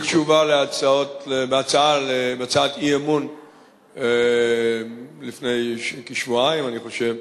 בתשובה להצעת אי-אמון לפני כשבועיים, אני חושב,